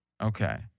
Okay